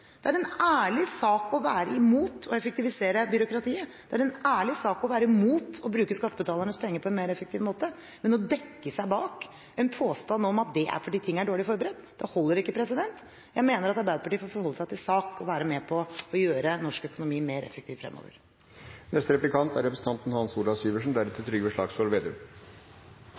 Det er en ærlig sak å være imot å effektivisere byråkratiet, det er en ærlig sak å være imot å bruke skattebetalernes penger på en mer effektiv måte, men å dekke seg bak en påstand om at det er fordi ting er dårlig forberedt, holder ikke. Jeg mener at Arbeiderpartiet får forholde seg til sak og være med på å gjøre norsk økonomi mer